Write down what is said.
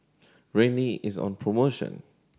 Rene is on promotion